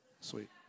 sweet